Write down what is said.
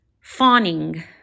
fawning